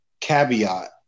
Caveat